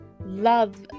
love